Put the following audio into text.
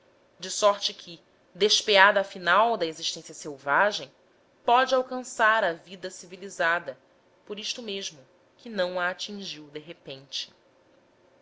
de sorte que despeada afinal da existência selvagem pode alcançar a vida civilizada por isto mesmo que não a atingiu de repente